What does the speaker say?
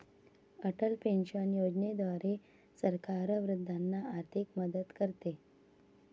Atal pension योजनेद्वारे सरकार वृद्धांना आर्थिक मदत करते